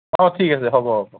অ ঠিক আছে হ'ব হ'ব